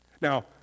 now